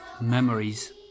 Memories